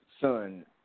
son